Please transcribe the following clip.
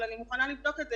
אבל אני מוכנה לבדוק את זה.